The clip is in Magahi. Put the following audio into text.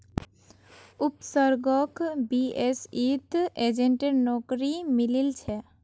उपसर्गक बीएसईत एजेंटेर नौकरी मिलील छ